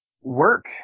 Work